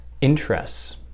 interests